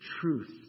truth